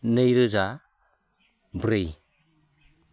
नैरोजा ब्रै